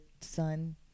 son